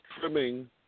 trimming